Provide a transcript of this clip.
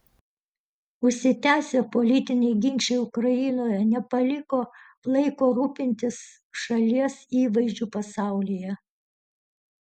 užsitęsę politiniai ginčai ukrainoje nepaliko laiko rūpintis šalies įvaizdžiu pasaulyje